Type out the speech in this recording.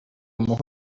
muha